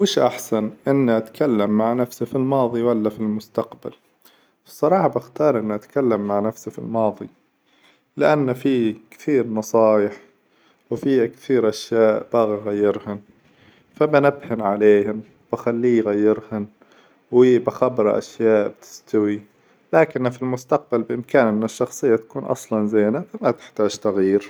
وش أحسن إني أتكلم مع نفسي في الماظي ولا في المستقبل؟ بصراحة باختار إن أتكلم مع نفسي في الماظي، لأن فيه كثير نصايح وفيه كثير أشياء باغي يغيرها، فبنبهن عليهم بخليه يغيرهم وبخبره أشياء بتستوي، لكنه في المستقبل بإمكانه إن الشخصية تكون أصلاً زينة فما تحتاج تغيير.